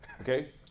Okay